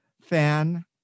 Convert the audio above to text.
fan